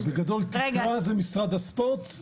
אז בגדול תקרה זה משרד הספורט,